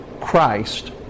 Christ